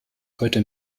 heute